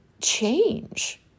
change